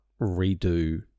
redo